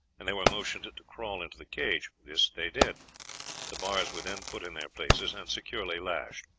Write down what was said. and they were motioned to crawl into the cage. this they did the bars were then put in their places and securely lashed.